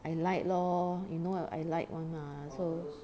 I like lor you know I like [one] lah so